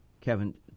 Kevin